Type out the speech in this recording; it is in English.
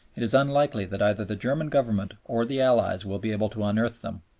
it is unlikely that either the german government or the allies will be able to unearth them.